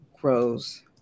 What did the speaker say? grows